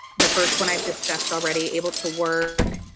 the first one i've discussed already able to work.